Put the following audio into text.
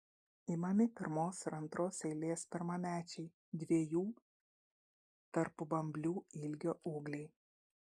imami pirmos ir antros eilės pirmamečiai dviejų tarpubamblių ilgio ūgliai